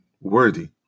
worthy